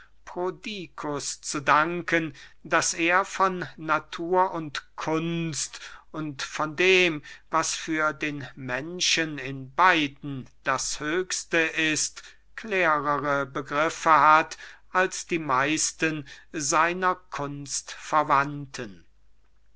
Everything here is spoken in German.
zu danken daß er von natur und kunst und von dem was für den menschen in beiden das höchste ist klärere begriffe hat als die meisten seiner